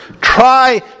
try